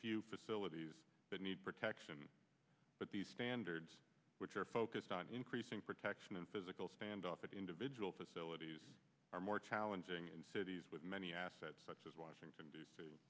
few facilities that need protection but these standards which are focused on increasing protection and physical standoff at individual facilities are more challenging in cities with many assets such as washington d c